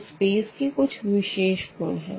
इस स्पेस की कुछ विशेष गुण है